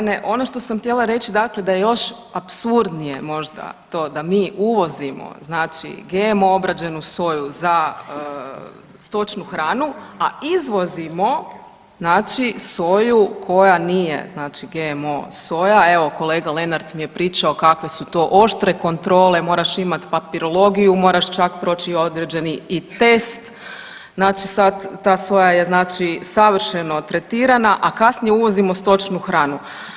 Hvala Bojane, ono što sam htjela reći da je još apsurdnije možda to da mi uvozimo znači GMO obrađenu soju za stočnu hranu, a izvozimo znači soju koja nije znači GMO soja, evo kolega Lenart mi je pričao kakve su to oštre kontrole, moraš imati papirologiju, moraš čak proći i određeni i test, znači sad ta soja je znači savršeno tretirana, a kasnije uvozimo stočnu hranu.